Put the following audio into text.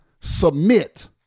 submit